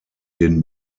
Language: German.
den